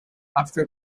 after